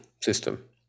system